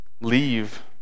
leave